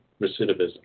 recidivism